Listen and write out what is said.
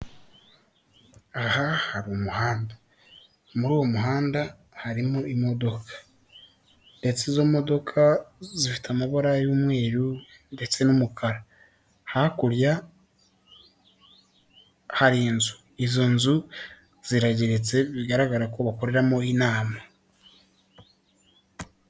Aha hari umuhanda muri uwo muhanda harimo imodoka, ndetse izo modoka zifite amabara y'umweru ndetse n'umukara, hakurya hari inzu izo nzu zirageretse bigaragara ko bakoreramo inama.